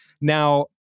Now